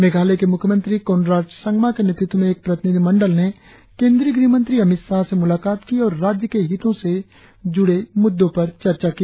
मेघालय के मुख्यमंत्री कोनराड संगमा के नेतृत्व में एक प्रतिनिधिमंडल ने केंद्रीय गृहमंत्री अमित शाह से मुलाकात की और राज्य के हितों से जुड़े मुद्दों पर चर्चा की